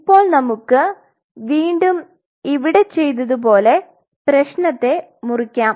ഇപ്പോൾ നമ്മുക്ക് വീണ്ടും ഇവിടെ ചെയ്തതുപോലെ പ്രേശ്നത്തെ മുറിക്കാം